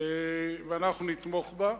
ואנחנו נתמוך בה.